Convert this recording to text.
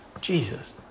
Jesus